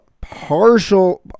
partial